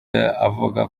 avuga